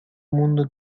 mundo